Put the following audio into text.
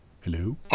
hello